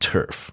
Turf